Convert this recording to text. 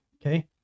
okay